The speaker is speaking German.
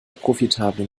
profitable